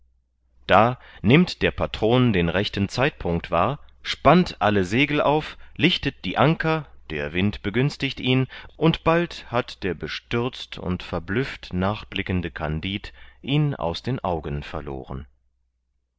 da nimmt der patron den rechten zeitpunkt wahr spannt alle segel auf lichtet die anker der wind begünstigt ihn und bald hat der bestürzt und verblüfft nachblickende kandid ihn aus den augen verloren